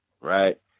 right